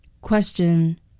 Question